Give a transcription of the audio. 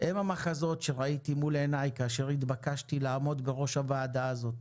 הם המחזות שראיתי מול עיניי כאשר התבקשתי לעמוד בראש הוועדה הזאת.